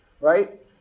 right